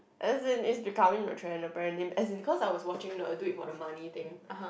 as it in becoming a trended brand as in because I was watching I do it for the money thing